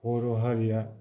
बर' हारिया